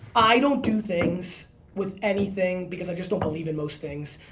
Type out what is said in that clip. i don't do things with anything because i just don't believe in most things.